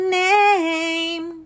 name